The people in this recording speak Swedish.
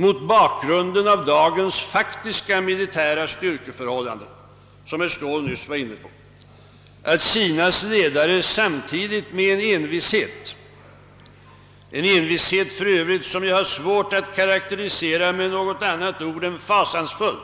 Mot bakgrunden av dagens faktiska militära styrkeförhållanden, som herr Ståhl nyss berörde, är det bara logiskt att Kinas ledare med en envishet som jag har svårt att karakterisera med något annat ord än fasansfull